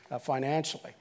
financially